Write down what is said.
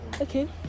okay